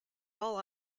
all